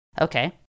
Okay